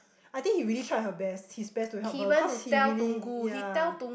I think he really tried her best his best to help her cause he really ya